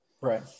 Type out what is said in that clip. Right